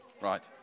Right